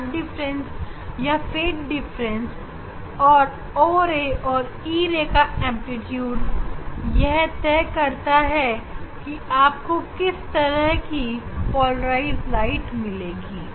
यह पाठ डिफरेंस या फेज डिफरेंस और e ray and o ray का एंप्लीट्यूड यह तय करता है कि आपको किस तरह की पोलराइज्ड लाइट मिलेगी